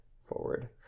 forward